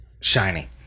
Shiny